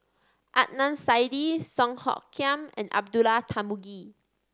Adnan Saidi Song Hoot Kiam and Abdullah Tarmugi